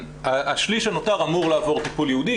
השליש הנותר אמור לעבור טיפול ייעודי,